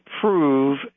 prove